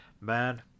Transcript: man